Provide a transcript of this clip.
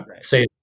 say